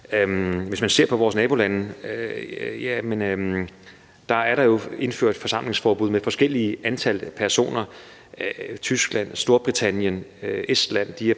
Hvis man ser på vores nabolande, er der jo indført forsamlingsforbud med forskellige antal personer. Tyskland, Storbritannien og Estland